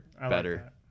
better